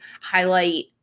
highlight